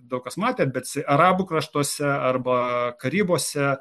daug kas matė bet arabų kraštuose arba karibuose